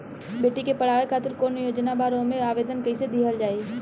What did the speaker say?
बेटी के पढ़ावें खातिर कौन योजना बा और ओ मे आवेदन कैसे दिहल जायी?